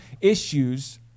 issues